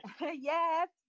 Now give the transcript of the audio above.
Yes